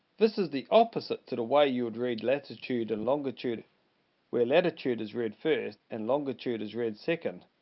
this is the opposite to the way you would read latitude and longitude where latitude is read first and longitude is read second.